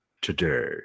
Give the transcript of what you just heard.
today